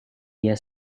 dia